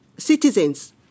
Citizens